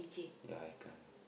ya I can't